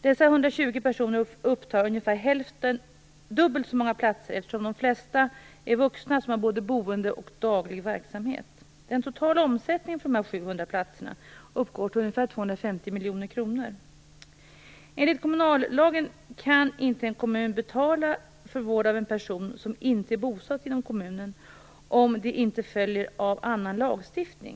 Dessa 120 personer upptar dubbelt så många platser, eftersom de flesta är vuxna som har både boende och daglig verksamhet. Den totala omsättningen för de 700 platserna uppgår till ungefär 250 miljoner kronor. Enligt kommunallagen kan inte en kommun betala för vård av en person som inte är bosatt inom kommunen om det inte följer av annan lagstiftning.